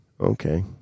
Okay